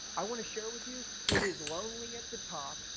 i want to share with you it is lonely at the top.